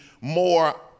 more